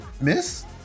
Miss